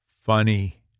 funny